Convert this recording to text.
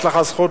יש לך זכות,